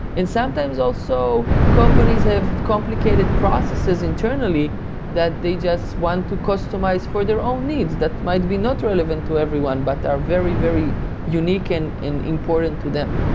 and sometimes also companies have complicated processes internally that they just want to customize for their own needs that might be not relevant to everyone, but are very, very unique and important to them.